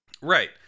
Right